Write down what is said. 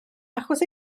achos